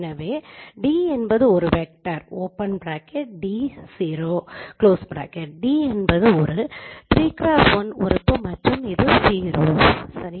எனவே d என்பது ஒரு வெக்டர் d என்பது ஒரு 3x1 உறுப்பு மற்றும் இது 0 சரி